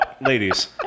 ladies